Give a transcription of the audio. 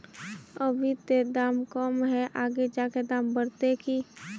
अभी ते दाम कम है आगे जाके दाम बढ़ते की?